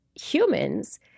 humans